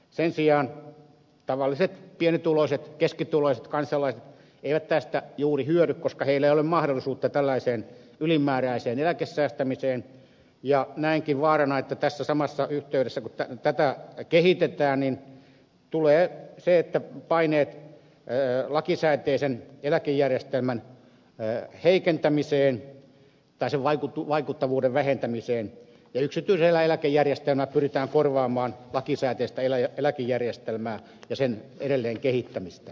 sen sijaan tavalliset pienituloiset ja keskituloiset kansalaiset eivät tästä juuri hyödy koska heillä ei ole mahdollisuutta tällaiseen ylimääräiseen eläkesäästämiseen ja näenkin vaarana että tässä samassa yhteydessä kun tätä kehitetään tulee paineita lakisääteisen eläkejärjestelmän vaikuttavuuden vähentämiseen ja yksityisellä eläkejärjestelmällä pyritään korvaamaan lakisääteistä eläkejärjestelmää ja sen edelleen kehittämistä